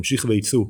המשיך בייצוא,